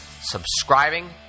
subscribing